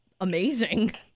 amazing